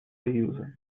союза